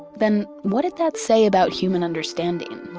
then what did that say about human understanding?